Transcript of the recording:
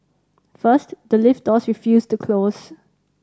first the lift doors refused to close